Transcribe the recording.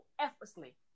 effortlessly